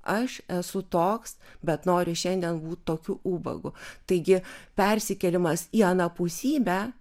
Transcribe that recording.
aš esu toks bet noriu šiandien būt tokiu ubagu taigi persikėlimas į anapusybę